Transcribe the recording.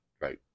right